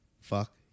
fuck